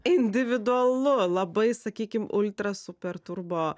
individualu labai sakykim ultra super turbo